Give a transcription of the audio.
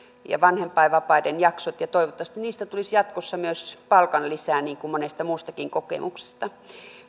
ja vanhempainvapaiden jaksot ja toivottavasti niistä tulisi jatkossa myös palkanlisää niin kuin monesta muustakin kokemuksesta